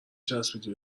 چسبیدی